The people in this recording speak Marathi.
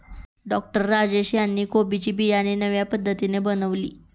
डॉक्टर राजेश यांनी कोबी ची बियाणे नव्या पद्धतीने बनवली